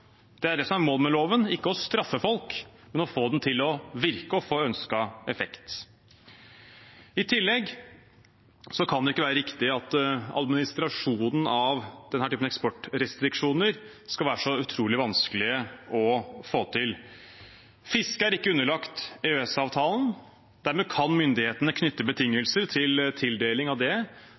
Det er det som er målet med loven, ikke å straffe folk, men å få den til å virke og få ønsket effekt. I tillegg kan det ikke være riktig at administrasjonen av denne typen eksportrestriksjoner skal være så utrolig vanskelig å få til. Fiske er ikke underlagt EØS-avtalen. Dermed kan myndighetene knytte betingelser til tildeling av det